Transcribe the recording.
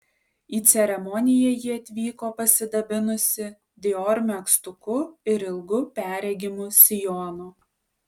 į ceremoniją ji atvyko pasidabinusi dior megztuku ir ilgu perregimu sijonu